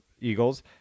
Eagles